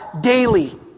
daily